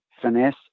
Finesse